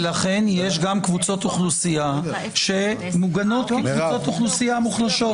ולכן יש גם קבוצות אוכלוסייה שמוגנות כקבוצות אוכלוסייה מוחלשות.